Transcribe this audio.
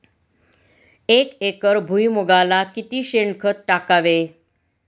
एक एकर भुईमुगाला किती शेणखत टाकावे?